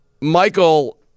Michael